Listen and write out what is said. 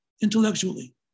intellectually